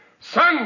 Son